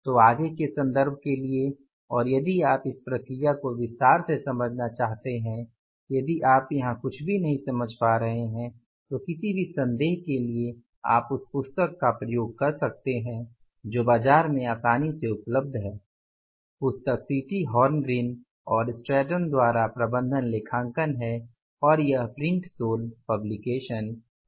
तो आगे के संदर्भ के लिए और यदि आप इस प्रक्रिया को विस्तार से समझना चाहते हैं यदि आप यहां कुछ भी नहीं समझ पा रहे हैं तो किसी भी संदेह के लिए आप उस पुस्तक का प्रयोग कर सकते हैं जो बाजार में आसानी से उपलब्ध है पुस्तक सीटी हॉर्न ग्रीन और स्ट्रैटन द्वारा प्रबंधन लेखांकन है और यह प्रिंट सोल पब्लिकेशन है